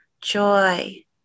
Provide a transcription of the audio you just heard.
joy